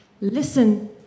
listen